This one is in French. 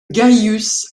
gaius